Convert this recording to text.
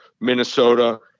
Minnesota